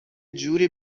جوری